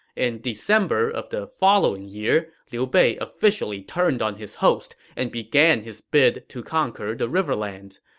in december of the following year, liu bei officially turned on his host and began his bid to conquer the riverlands.